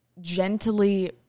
gently